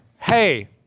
Hey